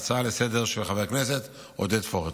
הצעה לסדר-היום של חבר הכנסת עודד פורר.